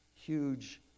huge